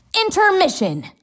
Intermission